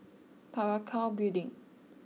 Parakou Building